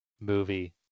movie